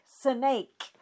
Snake